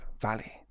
Valley